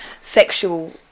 sexual